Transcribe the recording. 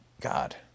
God